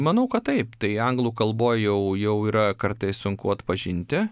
manau kad taip tai anglų kalboj jau jau yra kartais sunku atpažinti